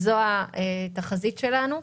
זו התחזית שלנו.